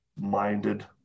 minded